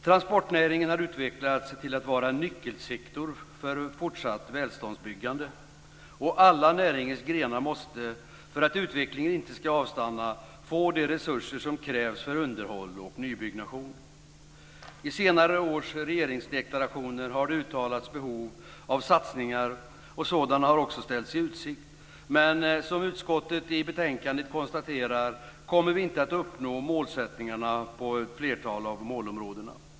Transportnäringen har utvecklats till att vara en nyckelsektor för fortsatt välståndsbyggande. Alla näringens grenar måste, för att utvecklingen inte ska avstanna, få de resurser som krävs för underhåll och nybyggnation. I senare års regeringsdeklarationer har uttalats att det finns behov av satsningar, och sådana har också ställts i utsikt. Men som utskottet i betänkandet konstaterar kommer vi inte att nå upp till målsättningarna på ett flertal av målområdena.